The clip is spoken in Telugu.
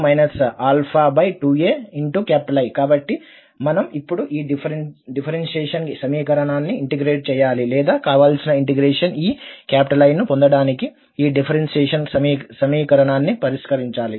కాబట్టి మనం ఇప్పుడు ఈ డిఫరెన్షియేషన్ సమీకరణాన్ని ఇంటెగ్రేషన్ చేయాలి లేదా కావలసిన ఇంటెగ్రేషన్ ఈ I ను పొందడానికి ఈ డిఫరెన్షియేషన్ సమీకరణాన్ని పరిష్కరించాలి